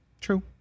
True